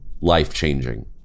life-changing